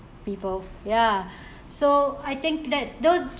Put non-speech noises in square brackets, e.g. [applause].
people ya [breath] so I think that don't